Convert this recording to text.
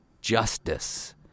justice